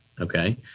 okay